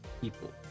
people